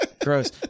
Gross